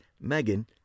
Megan